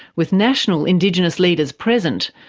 with national indigenous leaders present,